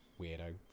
weirdo